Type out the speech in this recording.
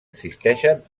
existeixen